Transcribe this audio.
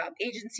agency